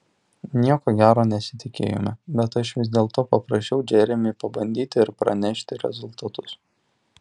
nieko gero nesitikėjome bet aš vis dėlto paprašiau džeremį pabandyti ir pranešti rezultatus